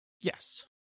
Yes